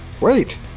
wait